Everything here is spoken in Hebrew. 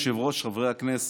אדוני היושב-ראש, חברי הכנסת,